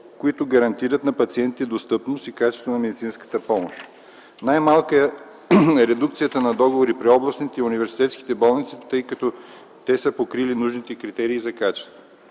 които гарантират на пациентите достъпност и качество на медицинската помощ. Най-малка е редукцията на договори при областните и университетските болници, тъй като те са покрили нужните критерии за качество.